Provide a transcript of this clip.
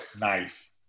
Nice